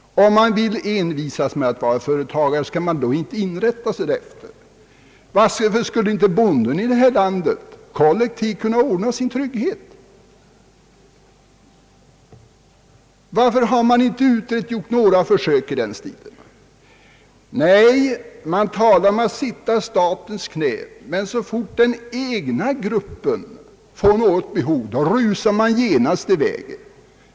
Om man envisas med att vara företagare, skall man då inte inrätta sig därefter? Varför skulle inte bonden i det här landet kollektivt kunna ordna sin trygghet i vissa avseenden? Varför har man inte gjort några försök i den stilen? Nej, man talar om att sitta i statens knä, men så fort den egna gruppen får något behov, då rusar man genast i väg.